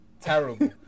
Terrible